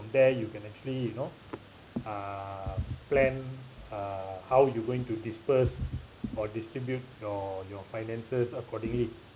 there you can actually you know uh plan uh how you going to disburse or distribute your your finances accordingly